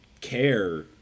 care